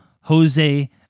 Jose